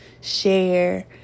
share